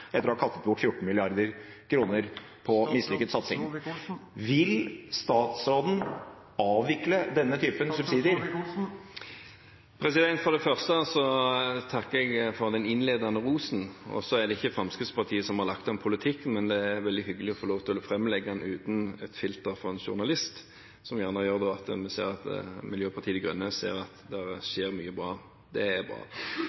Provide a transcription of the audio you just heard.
etter å ha kastet bort 14 mrd. kr på mislykket satsing. Vil statsråden avvikle denne typen subsidier? For det første takker jeg for den innledende rosen. Det er ikke Fremskrittspartiet som har laget denne politikken, men det er veldig hyggelig å få lov til å framlegge den uten filter fra en journalist, som gjør at vi ser at Miljøpartiet De Grønne ser at det skjer mye bra.